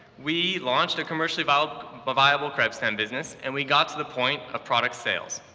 we launched a commercially viable but viable crepe-stand business, and we got to the point of product sales.